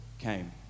came